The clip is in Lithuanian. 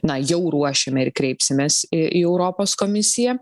na jau ruošiame ir kreipsimės į į europos komisiją